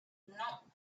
non